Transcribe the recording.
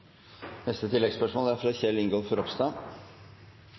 Kjell Ingolf Ropstad